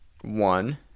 one